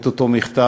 את אותו מכתב.